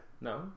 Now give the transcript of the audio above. No